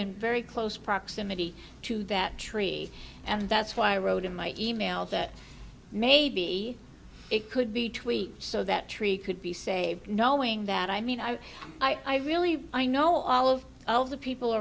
in very close proximity to that tree and that's why i wrote in my e mail that maybe it could be tweaked so that tree could be saved knowing that i mean i i really i know all of the people